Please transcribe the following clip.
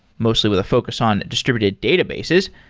mostly with a focus on distributed databases,